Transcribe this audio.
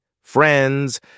friends